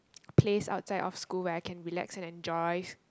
place outside of school where I can relax and enjoys